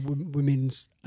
women's